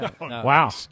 Wow